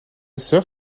sœur